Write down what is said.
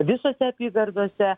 visose apygardose